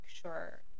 sure